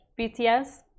BTS